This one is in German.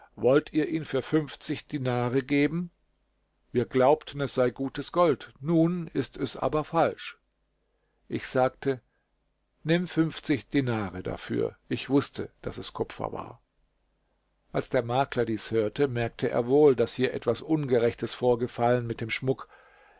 wollt ihr ihn für fünfzig dinare geben wir glaubten es sei gutes gold nun ist es aber falsch ich sagte nimm fünfzig dinare dafür ich wußte daß es kupfer war als der makler dies hörte merkte er wohl daß hier etwas ungerechtes vorgefallen mit dem schmuck